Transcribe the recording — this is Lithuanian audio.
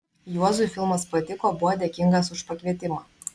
juozui filmas patiko buvo dėkingas už pakvietimą